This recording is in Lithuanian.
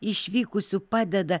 išvykusių padeda